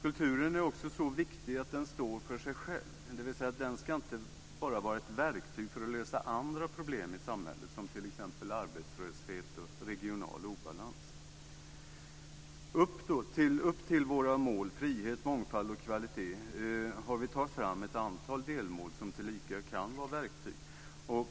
Det är också viktigt att kulturen står för sig själv, dvs. den ska inte bara vara ett verktyg för att lösa andra problem i samhället, såsom t.ex. arbetslöshet och regional obalans. När det gäller våra mål frihet, mångfald och kvalitet har vi tagit fram ett antal delmål som tillika kan vara verktyg.